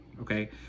okay